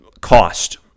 cost